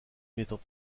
mettant